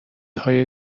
های